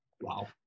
Wow